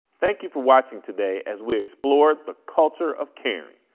thank you for watching today as we explore the culture of caring.